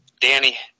Danny